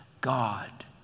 God